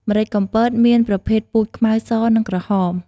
ម្រេចកំពតមានប្រភេទពូជខ្មៅ ស និងក្រហម។